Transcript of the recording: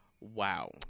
Wow